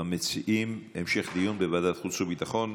המשך דיון בוועדת חוץ וביטחון.